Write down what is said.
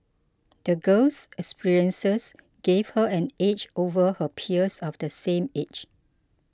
the girl's experiences gave her an edge over her peers of the same age